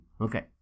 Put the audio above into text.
Okay